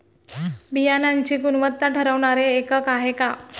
बियाणांची गुणवत्ता ठरवणारे एकक आहे का?